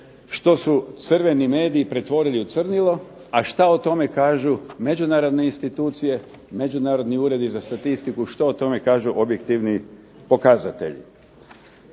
što su crveni mediji pretvorili u crnilo, a šta o tome kažu međunarodne institucije, međunarodni uredi za statistiku, što o tome kažu objektivni pokazatelji.